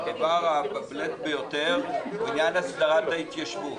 והדבר הבולט ביותר עניין הסדרת ההתיישבות.